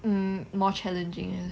mm more challenging